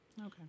Okay